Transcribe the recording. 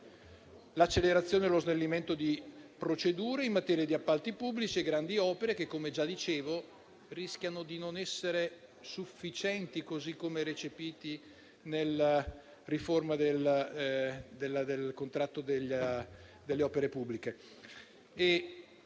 l'accelerazione e lo snellimento di procedure in materia di appalti pubblici e grandi opere, che, come già dicevo, rischiano di non essere sufficienti, così come recepiti nella riforma del contratto delle opere pubbliche.